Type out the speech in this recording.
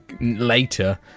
later